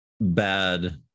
bad